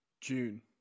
June